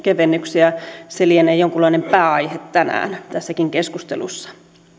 se lienee jonkunlainen pääaihe tänään tässäkin keskustelussa